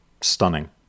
stunning